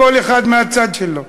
כל אחד מהצד שלו.